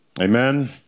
Amen